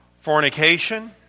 fornication